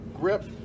grip